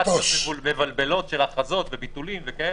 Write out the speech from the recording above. בלבול של הכרזות וביטולים - גם